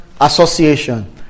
association